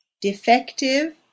Defective